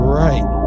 right